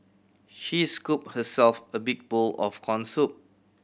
she scooped herself a big bowl of corn soup